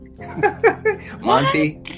Monty